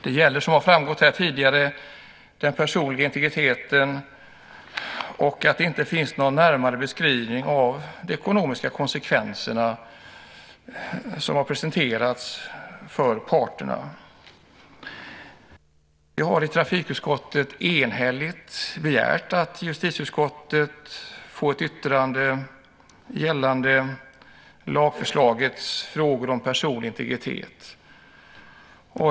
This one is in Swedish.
Det gäller, som har framgått här tidigare, den personliga integriteten och att någon närmare beskrivning av de ekonomiska konsekvenserna inte har presenterats för parterna. Vi har i trafikutskottet enhälligt begärt att av justitieutskottet få ett yttrande gällande lagförslagets frågor om personlig integritet.